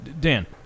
Dan